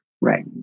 Right